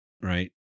right